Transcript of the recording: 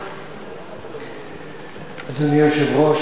אדוני היושב-ראש, אדוני השר, חברי חברי הכנסת,